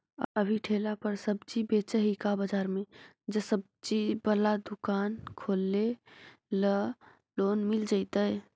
अभी ठेला पर सब्जी बेच ही का बाजार में ज्सबजी बाला दुकान खोले ल लोन मिल जईतै?